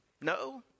No